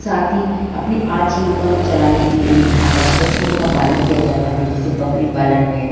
साथ ही अपने आजीविका चलाने के लिए यहाँ पर पशुओं का पालन किया जाता है जैसे बकरी पालन है